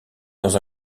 dans